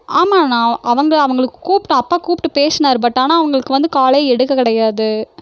ஆமாண்ணா அவங்க அவங்களுக்கு கூப்டோம் அப்பா கூப்டுப் பேசினாரு பட் ஆனால் அவங்களுக்கு வந்து காலே எடுக்கக் கிடையாது